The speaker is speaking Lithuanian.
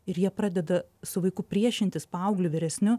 ir jie pradeda su vaiku priešintis paaugliu vyresniu